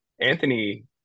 Anthony